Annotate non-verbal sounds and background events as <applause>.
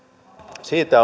siitä <unintelligible>